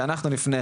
שאנחנו נפנה